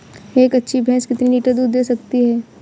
एक अच्छी भैंस कितनी लीटर दूध दे सकती है?